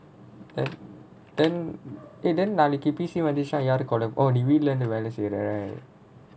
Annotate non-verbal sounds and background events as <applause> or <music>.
eh~ then eh then நாளைக்கு:naalaikku P_C வந்துச்சுனா:vanthuchchuna <laughs> நீ வீட்டுல இருந்து வேலை செய்ற:nee veetula irunthu velai seira